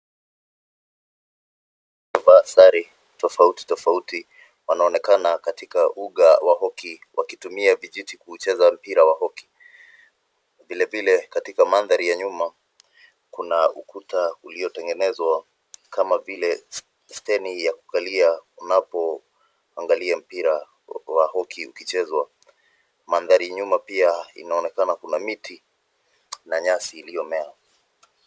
Wamevaa sare tofauti tofauti wanaonekana katika uga wa hoki wakitumia vijiti kuucheza mpira wa hoki, vilevile katika mandhari ya nyuma kuna ukuta uliotengenezwa kama vile steni ya kukalia unapoangalia mpira wa hoki ukichezwa mandhari ya nyuma pia inaonekana kuna miti na nyasi iliomea.